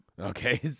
Okay